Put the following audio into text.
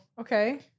okay